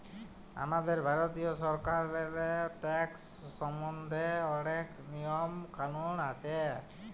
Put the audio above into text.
আমাদের ভারতীয় সরকারেল্লে ট্যাকস সম্বল্ধে অলেক লিয়ম কালুল আছে